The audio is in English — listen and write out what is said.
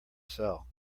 sell